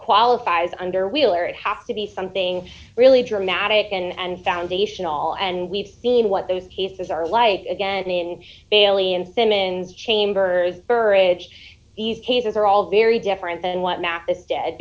qualifies under wheeler it has to be something really dramatic and foundational and we've seen what those cases are like again in bailey and simmons chambers burrage these cases are all very different than what math is dead